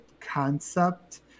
concept